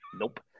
Nope